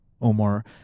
Omar